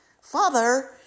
father